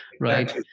right